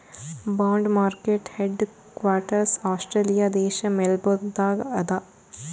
bond market head quarters Australia ದೇಶ್ Melbourne ದಾಗ್ ಅದಾ